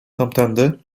tamtędy